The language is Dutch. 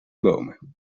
bomen